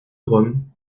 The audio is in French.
rome